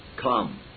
Come